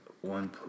one